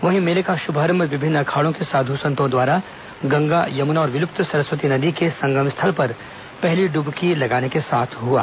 वहीं मेले का शुभारंभ विभिन्न अखाड़ों के साधु संतों द्वारा गंगा यमुना और विलुप्त सरस्वती नदी के संगम स्थल पर पहली ड्वकी लगाने के साथ हुआ